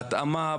בהתאמה,